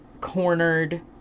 cornered